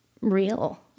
real